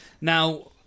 Now